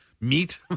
Meat